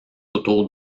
autour